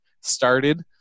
started